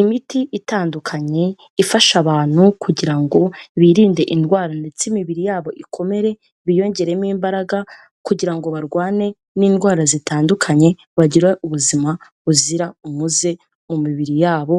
Imiti itandukanye, ifasha abantu kugira ngo birinde indwara ndetse imibiri yabo ikomere, biyongeremo imbaraga kugira ngo barwane n'indwara zitandukanye, bagira ubuzima buzira umuze mu mibiri yabo,